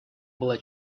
была